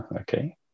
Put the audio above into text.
Okay